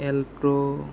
alto